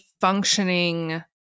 functioning